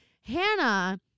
Hannah